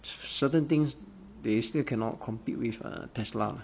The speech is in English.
certain things they still cannot compete with uh tesla